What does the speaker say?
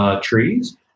trees